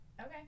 Okay